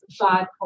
five